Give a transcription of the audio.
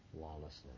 lawlessness